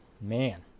Man